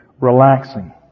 Relaxing